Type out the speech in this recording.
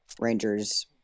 Rangers